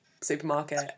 supermarket